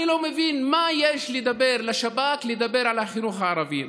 אני לא מבין מה יש לשב"כ לדבר על החינוך הערבי.